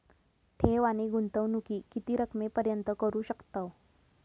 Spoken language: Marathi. ठेव आणि गुंतवणूकी किती रकमेपर्यंत करू शकतव?